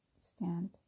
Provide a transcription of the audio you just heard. stand